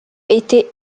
été